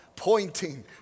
pointing